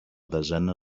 desena